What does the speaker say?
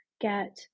get